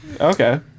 okay